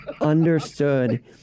Understood